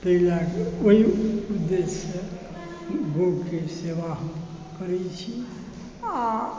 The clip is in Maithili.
ताहि लए कऽ ओहि उद्देश्यसॅं गायक सेवा हम करै छी आ